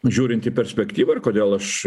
žiūrint į perspektyvą ir kodėl aš